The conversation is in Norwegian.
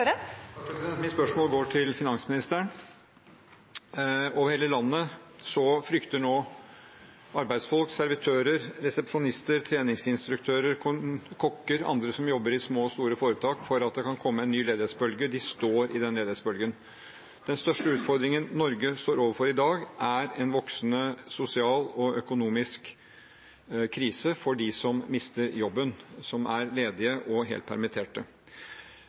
Mitt spørsmål går til finansministeren. Over hele landet frykter nå arbeidsfolk, servitører, resepsjonister, treningsinstruktører, kokker og andre som jobber i små og store foretak, for at det kan komme en ny ledighetsbølge. De står i den ledighetsbølgen. Den største utfordringen Norge står overfor i dag, er en voksende sosial og økonomisk krise for dem som mister jobben, som er ledige og helt permitterte.